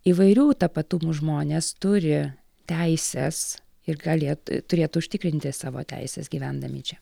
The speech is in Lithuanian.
įvairių tapatumų žmonės turi teises ir galėt turėtų užtikrinti savo teises gyvendami čia